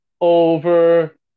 over